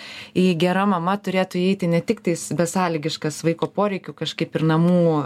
į gera mama turėtų įeiti ne tiktais besąlygiškas vaiko poreikių kažkaip ir namų